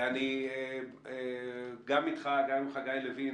ואני גם איתך וגם עם חגי לוין,